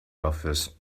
office